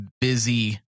busy